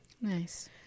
Nice